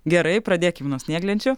gerai pradėkim nuo snieglenčių